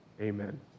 Amen